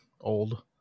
old